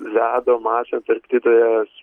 ledo masė antarktidoje